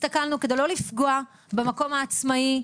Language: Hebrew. הסתכלנו כדי לא לפגוע במקום העצמאי,